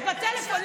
את בטלפון.